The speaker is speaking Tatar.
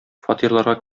фатирларга